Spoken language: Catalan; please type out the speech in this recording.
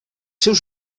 seus